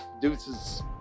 deuces